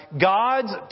God's